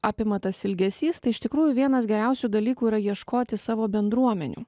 apima tas ilgesys tai iš tikrųjų vienas geriausių dalykų yra ieškoti savo bendruomenių